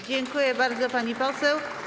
Dziękuję bardzo, pani poseł.